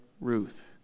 Ruth